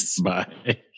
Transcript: Bye